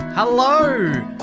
Hello